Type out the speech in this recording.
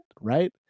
right